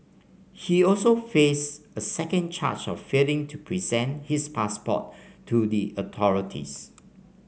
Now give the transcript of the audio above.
he also face a second charge of failing to present his passport to the authorities